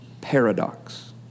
paradox